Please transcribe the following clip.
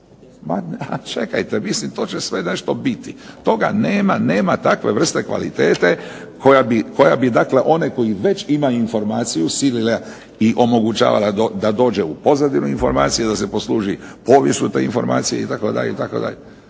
Ma čekajte mislim to će sve nešto biti. Toga nema, nema takve vrste kvalitete koje bi dakle već one koji imaju informacije silila i omogućavala da dođe u pozadinu informacijama, da se posluži povijest u toj informaciji itd.